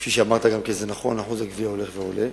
כפי שאמרת, זה נכון, שיעור הגבייה הולך ועולה,